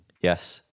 Yes